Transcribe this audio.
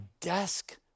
desk